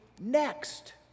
Next